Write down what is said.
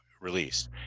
released